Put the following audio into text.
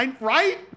Right